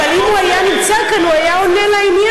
אבל אם הוא היה נמצא כאן הוא היה עונה לעניין.